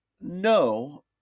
No